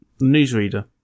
Newsreader